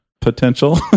potential